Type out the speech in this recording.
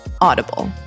Audible